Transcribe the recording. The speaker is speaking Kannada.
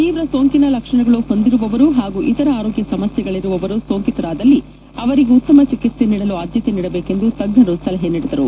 ತೀವ್ರ ಸೋಂಕಿನ ಲಕ್ಷಣಗಳು ಹೊಂದಿರುವವರು ಹಾಗೂ ಇತರ ಅರೋಗ್ಯ ಸಮಸ್ಯೆಗಳಿರುವವರು ಸೋಂಕಿತರಾದಲ್ಲಿ ಅವರಿಗೆ ಉತ್ತಮ ಚಿಕಿತ್ವೆ ನೀಡಲು ಆದ್ಯತೆ ನೀಡಬೇಕು ಎಂದು ತಜ್ವರು ಸಲಹೆ ಮಾಡಿದರು